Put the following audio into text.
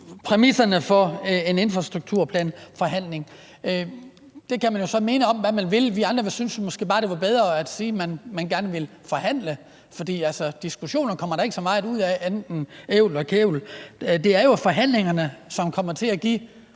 forhandling om en infrastrukturplan. Det kan man jo så mene om, hvad man vil. Vi andre synes måske bare, det ville være bedre at sige, at man gerne ville forhandle. For diskussioner kommer der ikke så meget ud af andet end ævl og kævl. Det er jo forhandlinger, som kommer til at give